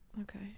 Okay